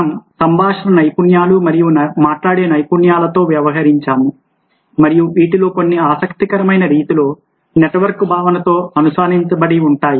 మనం సంభాషణ నైపుణ్యాలు మరియు మాట్లాడే నైపుణ్యాలతో వ్యవహరించాము మరియు వీటిలో కొన్ని ఆసక్తికరమైన రీతిలో నెట్వర్క్ భావనతో అనుసంధానించబడి ఉంటాయి